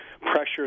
pressure